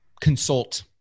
consult